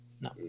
No